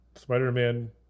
Spider-Man